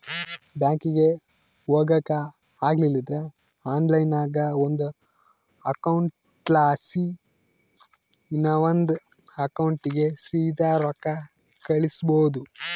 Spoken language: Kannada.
ಬ್ಯಾಂಕಿಗೆ ಹೊಗಾಕ ಆಗಲಿಲ್ದ್ರ ಆನ್ಲೈನ್ನಾಗ ಒಂದು ಅಕೌಂಟ್ಲಾಸಿ ಇನವಂದ್ ಅಕೌಂಟಿಗೆ ಸೀದಾ ರೊಕ್ಕ ಕಳಿಸ್ಬೋದು